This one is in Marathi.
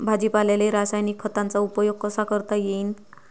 भाजीपाल्याले रासायनिक खतांचा उपयोग कसा करता येईन?